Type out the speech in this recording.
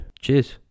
cheers